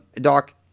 Doc